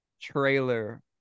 trailer